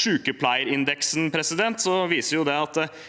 Sjukepleierindeksen viser at